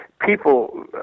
People